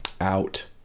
out